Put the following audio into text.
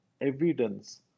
evidence